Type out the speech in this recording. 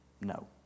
no